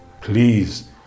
Please